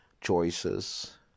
choices